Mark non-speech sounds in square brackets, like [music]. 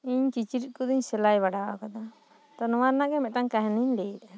ᱤᱧ ᱠᱤᱪᱨᱤᱡ ᱠᱚ ᱫᱚᱹᱧ ᱥᱮᱞᱟᱭ ᱵᱟᱲᱟᱣ ᱟᱠᱟᱫᱟ ᱛᱚ ᱱᱚᱣᱟ ᱨᱮᱱᱟᱝ ᱜᱮ ᱢᱤᱫ ᱴᱟᱱ ᱠᱟᱹᱦᱱᱤᱧ ᱞᱟᱹᱭ ᱮᱫᱟ [unintelligible]